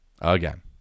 Again